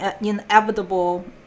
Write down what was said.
inevitable